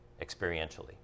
experientially